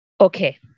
okay